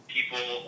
People